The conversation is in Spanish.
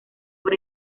por